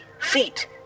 feet